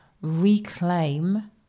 reclaim